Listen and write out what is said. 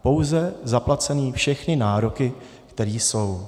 Pouze zaplacené všechny nároky, které jsou.